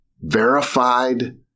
verified